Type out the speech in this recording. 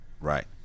right